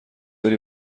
داری